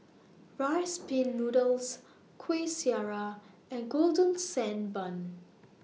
Rice Pin Noodles Kueh Syara and Golden Sand Bun